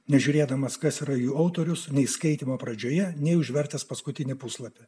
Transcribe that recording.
nežiūrėdamas kas yra jų autorius nei skaitymo pradžioje nei užvertęs paskutinį puslapį